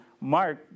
Mark